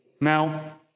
Now